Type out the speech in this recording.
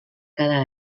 cada